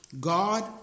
God